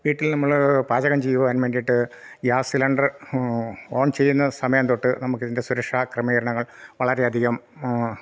വീട്ടിൽ നമ്മൾ പാചകം ചെയ്യുവാൻ വേണ്ടിയിട്ട് ഗ്യാസ് സിലിണ്ടർ ഓൺ ചെയ്യുന്ന സമയം തൊട്ട് നമുക്ക് ഇതിൻ്റെ സുരക്ഷാക്രമീകരണങ്ങൾ വളരെയധികം